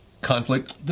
Conflict